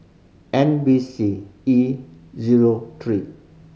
N B C E zero three